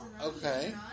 Okay